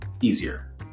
easier